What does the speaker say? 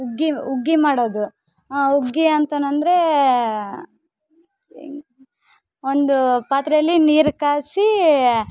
ಹುಗ್ಗಿ ಹುಗ್ಗಿ ಮಾಡೋದು ಹುಗ್ಗಿ ಅಂತೇನಂದ್ರೇ ಒಂದು ಪಾತ್ರೆಯಲ್ಲಿ ನೀರು ಕಾಯ್ಸೀ